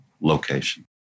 location